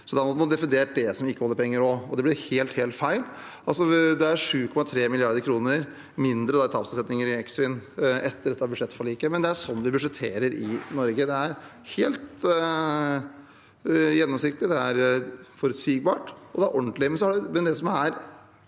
Da måtte man definert det også som ikke oljepenger, og det blir helt feil. Det er 7,3 mrd. kr mindre i tapsavsetninger i Eksfin etter dette budsjettforliket, men det er sånn vi budsjetterer i Norge. Det er helt gjennomsiktig, det er forutsigbart, og det er ordentlig.